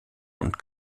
und